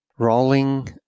Rolling